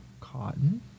cotton